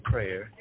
Prayer